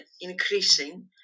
increasing